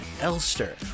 Elster